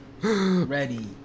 ready